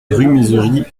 misery